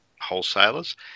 wholesalers